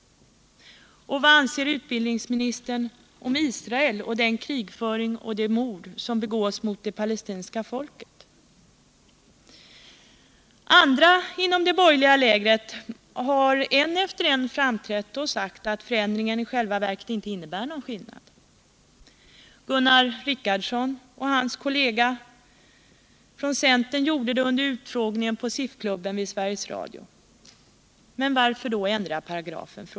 Och vad anser utbildningsministern om Israel och om den krigföring och de mord som begås mot det palestinska folket? Andra inom det borgerliga lägret har en efter en framträtt och sagt att förändringen i själva verket inte innebär någon skillnad. Gunnar Richardson och hans koliega från centern gjorde det under utfrågningen på SIF-klubben på Sveriges Radio. Men varför då ändra paragrafen?